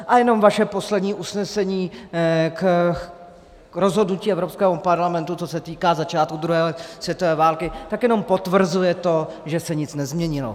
A jenom vaše poslední usnesení k rozhodnutí Evropského parlamentu, co se týká začátku druhé světové války, jenom potvrzuje to, že se nic nezměnilo.